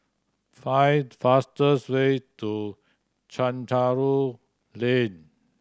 find the fastest way to Chencharu Lane